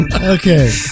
Okay